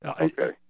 Okay